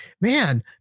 man